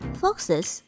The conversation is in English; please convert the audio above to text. foxes